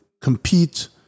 compete